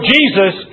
Jesus